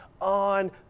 on